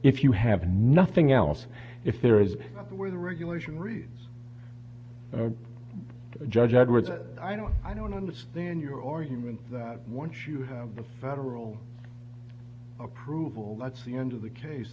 if you have nothing else if there is where the regulation reads the judge edwards i don't i don't understand your argument that once you have the federal approval that's the end of the case